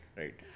right